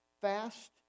fast